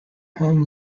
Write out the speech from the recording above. home